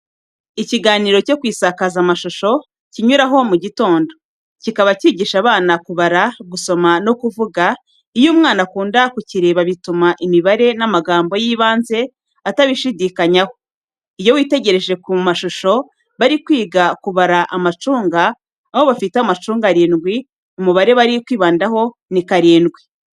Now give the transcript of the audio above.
Ikiganiro cyo ku isakazamashusho kinyuraho mugitondo, kikaba cyigisha abana kubara, gusoma no kuvuga, iyo umwana akunda kukireba bituma imibare n'amagambo y'ibanze atabishidikanyaho. Iyo witegereje ku mashusho bari kwiga kubara amacunga aho bafite amacunga arindwi, umubare bari kwibandaho ni karindwi.